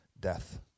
death